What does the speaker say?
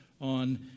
on